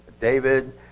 David